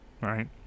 right